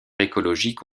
écologique